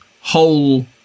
whole